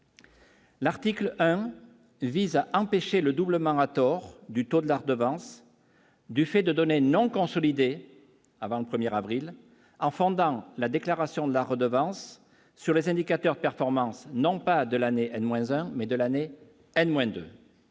L'article 1 il vise à empêcher le doublement à tort du taux de la redevance, du fait de donner non consolidé avant le 1er avril enfants dans la déclaration de la redevance sur les indicateurs de performance, non pas de l'année, de moins en mai de l'année N